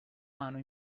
mano